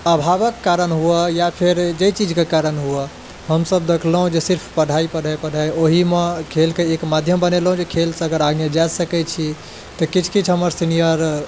अभावक कारण हुए या फेर जे चीज के कारण हुए हमसब देखलहुॅं जे सिर्फ पढ़ाइ पढ़ाइ पढ़ाइ ओहिमे खेलके एक माध्यम बनेलहुॅं जे खेल सँ अगर आगे जा सकै छी तऽ किछु किछु हमर सीनियर